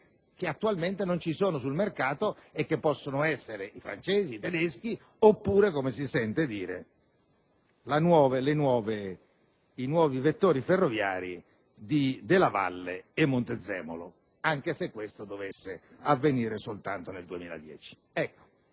che attualmente non ci sono sul mercato e che potranno essere i francesi, i tedeschi oppure, come si sente dire, i nuovi vettori ferroviari di Della Valle e Montezemolo, anche se questo dovesse avvenire solo nel 2010.